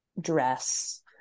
dress